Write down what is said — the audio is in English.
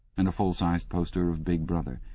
and a full-sized poster of big brother.